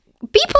people